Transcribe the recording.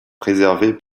préservée